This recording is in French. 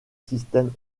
système